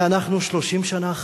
הנה אנחנו 30 שנה אחרי,